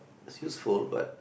use phone but